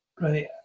Right